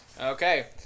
Okay